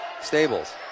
Stables